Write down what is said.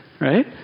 right